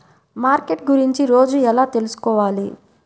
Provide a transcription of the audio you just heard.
Market గురించి రోజు ఎలా తెలుసుకోవాలి?